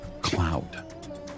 cloud